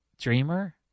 Dreamer